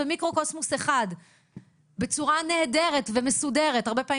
במיקרוקוסמוס אחד בצורה נהדרת ומסודרת הרבה פעמים